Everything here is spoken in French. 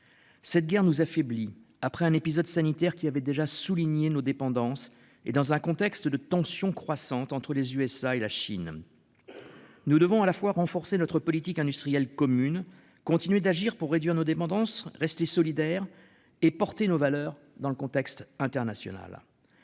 Cette guerre nous affaiblit après un épisode sanitaire qui avait déjà souligné nos dépendances et dans un contexte de tensions croissantes entre les USA et la Chine. Nous devons à la fois renforcer notre politique industrielle commune. Continuer d'agir pour réduire nos dépendances rester solidaires et porter nos valeurs dans le contexte international.